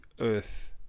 earth